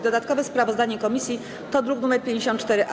Dodatkowe sprawozdanie komisji to druk nr 54-A.